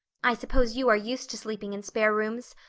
i suppose you are used to sleeping in spare rooms.